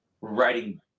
writing